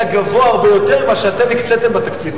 גבוה הרבה יותר ממה שאתם הקציתם בתקציב.